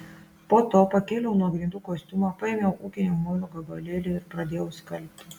po to pakėliau nuo grindų kostiumą paėmiau ūkinio muilo gabalėlį ir pradėjau skalbti